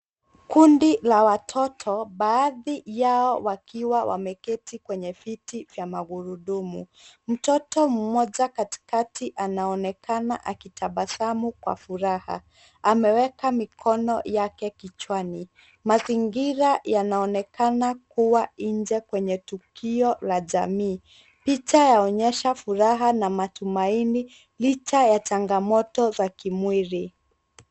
Kundi la watoto baadhi yao wakiwa wameketi kwenye viti vya magurudumu. Mtoto mmoja katikati anaonekana akitabasamu kwa furaha. Ameweka mikono yake kichwani. Mazingira yanaonekana kuwa nje kwenye tukio la jamii. Picha yaonyesha furaha na matumaini licha ya changamoto za kimwili.